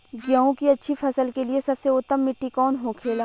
गेहूँ की अच्छी फसल के लिए सबसे उत्तम मिट्टी कौन होखे ला?